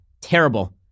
Terrible